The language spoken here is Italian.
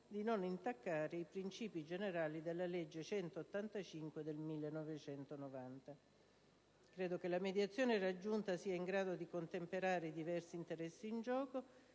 di non intaccare i principi generali della legge n. 185 del 1990. Credo che la mediazione raggiunta sia in grado di contemperare i diversi interessi in gioco